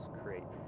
create